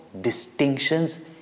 distinctions